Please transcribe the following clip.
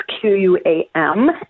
Q-U-A-M